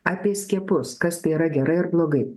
apie skiepus kas tai yra gerai ar blogai